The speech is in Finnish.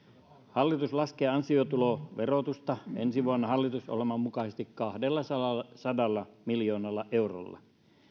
hallitus laskee ansiotuloverotusta ensi vuonna hallitusohjelman mukaisesti kahdellasadalla miljoonalla eurolla